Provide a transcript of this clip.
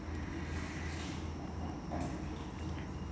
mmhmm